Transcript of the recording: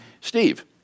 Steve